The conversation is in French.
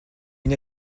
une